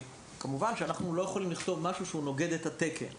כמובן שאנחנו לא יכולים לכתוב משהו שנוגד את התקן,